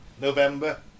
November